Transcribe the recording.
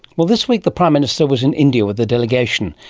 well, this week the prime minister was in india with a delegation.